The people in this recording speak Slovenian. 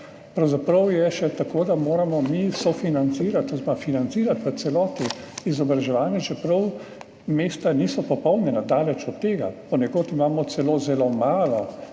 Pravzaprav je še tako, da moramo mi sofinancirati oziroma financirati v celoti izobraževanje, čeprav mesta niso popolnjena, daleč od tega, ponekod imamo celo zelo malo